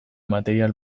material